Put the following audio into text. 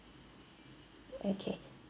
okay